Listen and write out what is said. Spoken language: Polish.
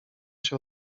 się